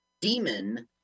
demon